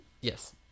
Yes